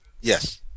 Yes